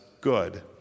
good